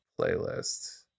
playlist